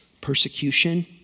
Persecution